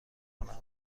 کنم